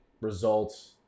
results